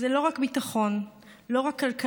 זה לא רק ביטחון, לא רק כלכלה,